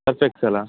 Surf ಎಕ್ಸೆಲ್ಲ